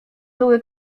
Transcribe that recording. były